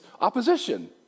opposition